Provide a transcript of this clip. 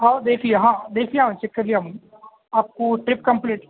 ہاں دیکھ لیا ہاں دیکھ لیا چیک کر لیا میں آپ کو چیک کمپلیٹ